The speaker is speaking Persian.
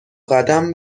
قدم